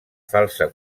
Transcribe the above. falsa